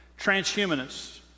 Transhumanists